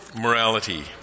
morality